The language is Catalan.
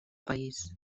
país